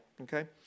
Okay